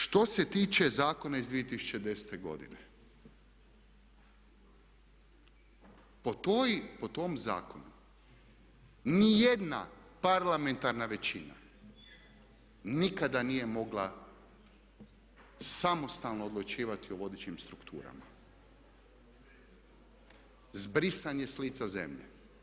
Što se tiče zakona iz 2010. godine, po tom zakonu ni jedna parlamentarna većina nikada nije mogla samostalno odlučivati o vodećim strukturama, zbrisan je s lica zemlje.